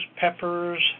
peppers